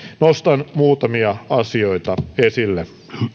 nostan muutamia asioita esille